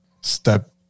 step